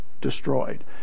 destroyed